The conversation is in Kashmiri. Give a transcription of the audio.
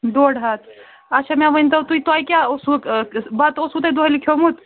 ڈۄڈ ہتھ اَچھا مےٚ ؤنۍتَو تُہۍ تۄہہِ کیٛاہ اوسوٕ بتہٕ اوسوٕ تۄہہِ دۄہلہِ کھٮ۪ومُت